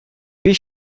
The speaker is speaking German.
bis